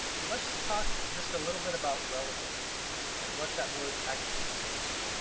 let's talk just a little bit about relevant and what that word actually means.